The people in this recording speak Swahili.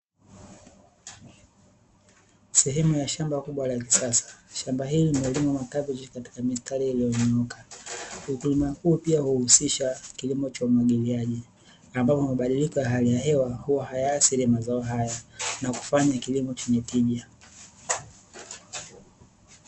Sehemu ya shamba kubwa la kisasa, shamba hili linalima kabeji katika mistari iliyonyooka, Ukulima huu pia huhusisha kilimo cha umwagiliaji, ambapo mabadiliko ya hali ya hewa hayaathiri mazao haya na kufanya kilimo chenye tija.